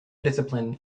discipline